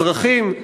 אזרחים.